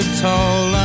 tall